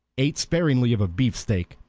ate sparingly of a beefsteak,